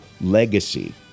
legacy